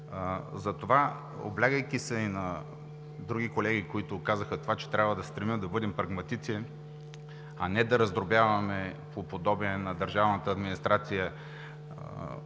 рейтинг. Облягайки се и на други колеги, които казаха, че трябва да се стремим да бъдем прагматици, а не да раздробяваме по подобие на държавната администрация